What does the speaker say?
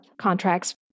contracts